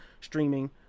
streaming